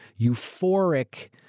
euphoric